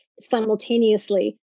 simultaneously